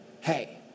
hey